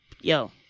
Yo